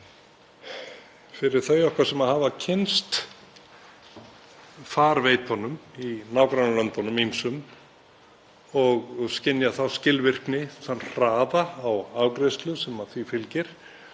Fyrir þau okkar sem hafa kynnst farveitunum í nágrannalöndunum og skynjað þá skilvirkni og þann hraða á afgreiðslu sem því fylgir,